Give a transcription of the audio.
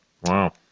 Wow